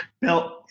Bill